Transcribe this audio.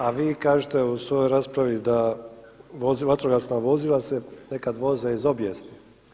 A vi kažete u svojoj raspravi da vatrogasna vozila se nekad voze iz obijesti.